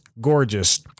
gorgeous